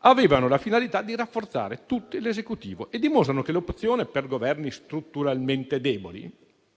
avevano la finalità di rafforzare l'Esecutivo e dimostrano che l'opzione per Governi strutturalmente deboli,